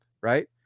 right